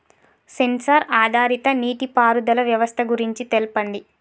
Censor ఆధారిత నీటిపారుదల వ్యవస్థ గురించి తెల్పండి?